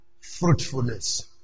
fruitfulness